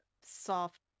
soft